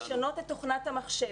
דבר שני לשנות את תכנת המחשב